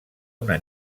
una